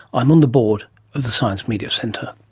i'm on the board of the science media centre.